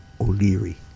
O'Leary